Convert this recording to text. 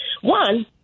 one